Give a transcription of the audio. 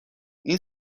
این